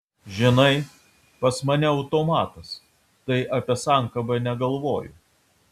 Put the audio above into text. žinai pas mane automatas tai apie sankabą negalvoju